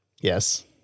Yes